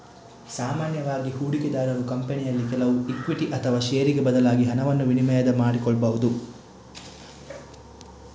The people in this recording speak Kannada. ಸಾಮಾನ್ಯವಾಗಿ ಹೂಡಿಕೆದಾರರು ಕಂಪನಿಯಲ್ಲಿ ಕೆಲವು ಇಕ್ವಿಟಿ ಅಥವಾ ಷೇರಿಗೆ ಬದಲಾಗಿ ಹಣವನ್ನ ವಿನಿಮಯ ಮಾಡಿಕೊಳ್ಬಹುದು